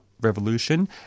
revolution